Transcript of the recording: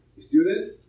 students